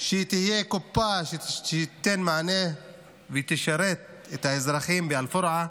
שתהיה קופה שתיתן מענה ותשרת את האזרחים באל-פורעה,